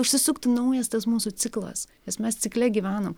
užsisuktų naujas tas mūsų ciklas nes mes cikle gyvenam